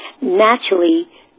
naturally